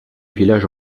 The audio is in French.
village